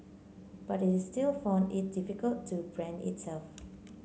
but it is still found it difficult to brand itself